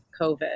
COVID